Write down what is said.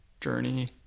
journey